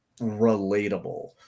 relatable